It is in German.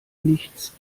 nichts